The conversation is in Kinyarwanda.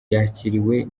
yakiriwe